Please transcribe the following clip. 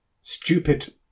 stupid